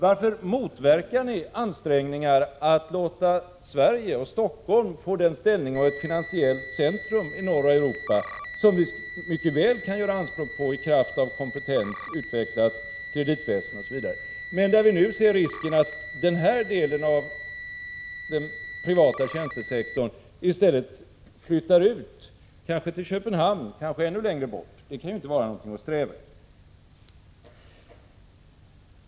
Varför motverkar ni ansträngningar att låta Sverige och Stockholm få den ställning av finansiellt centrum i norra Europa som vi mycket väl kan göra anspråk på i kraft av kompetens, utvecklat kreditväsen osv.? Vi ser nu risken att den här delen av den privata tjänstesektorn i stället flyttar ut, kanske till Köpenhamn, kanske ännu längre bort. Det kan ju inte vara någonting att sträva efter.